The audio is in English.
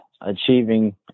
Achieving